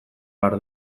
behar